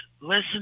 listen